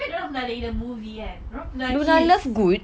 kan dia pernah in a movie kan dia orang pernah kiss